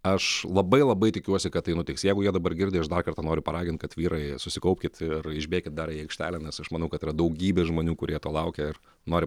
aš labai labai tikiuosi kad tai nutiks jeigu jie dabar girdi aš dar kartą noriu paragint kad vyrai susikaupkit ir išbėkit dar į aikštelę nes aš manau kad yra daugybė žmonių kurie to laukia ir nori